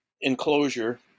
enclosure